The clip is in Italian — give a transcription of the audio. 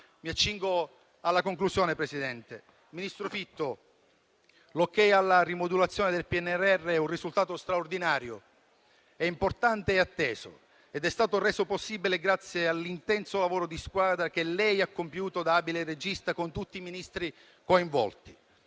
Mi accingo alla conclusione, signor Presidente. Ministro Fitto, l'*okay* alla rimodulazione del PNRR è un risultato straordinario, importante e atteso, ed è stato reso possibile grazie all'intenso lavoro di squadra che lei ha compiuto, da abile regista, con tutti i Ministri coinvolti.